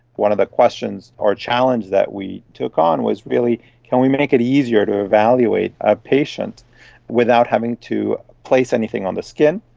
one of the questions or challenges that we took on was really can we make it easier to evaluate a patient without having to place anything on the skin?